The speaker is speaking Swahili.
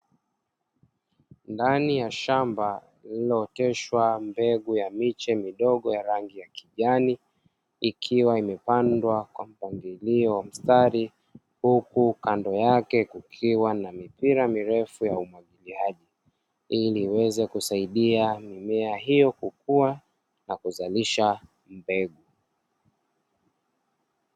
Ndani ya shamba lililooteshwa, mbegu ya miche midogo ya rangi ya kijani ikiwa imepandwa kwa mpangilio wa mstari huku kando yake kukiwa na mipira mirefu ya umwagiliaji, ili iweze kusaidia mimea hiyo kukua na kuzalisha mbegu.